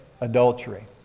adultery